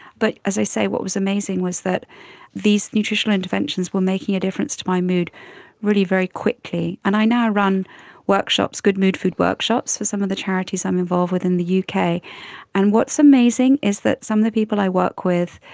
but as i say, what was amazing was that these nutritional interventions were making a difference to my mood really very quickly. and i now run good mood food workshops for some of the charities i'm involved with in the yeah uk. and what's amazing is that some of the people i work with,